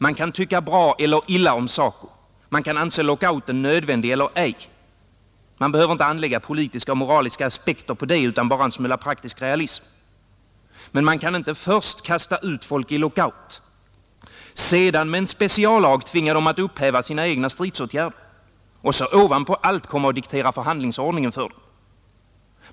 Man kan tycka bra eller illa om SACO, man kan anse lockouten nödvändig eller ej. Man behöver inte anlägga politiska och moraliska aspekter på det utan bara en smula praktisk realism, Man kan inte först kasta ut folk i lockout, sedan med en speciallag tvinga dem att upphäva sina egna stridsåtgärder och så ovanpå allt komma och diktera förhandlingsordningen för dem.